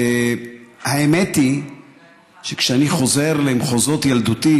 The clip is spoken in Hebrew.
האמת היא שכשאני חוזר למחוזות ילדותי,